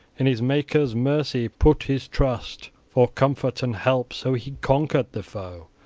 in his maker's mercy put his trust for comfort and help so he conquered the foe,